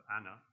Anna